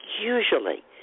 usually